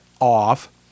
off